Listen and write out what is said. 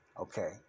Okay